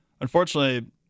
unfortunately –